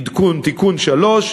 עדכון תיקון 3,